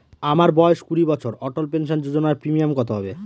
আমার বয়স কুড়ি বছর অটল পেনসন যোজনার প্রিমিয়াম কত হবে?